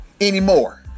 anymore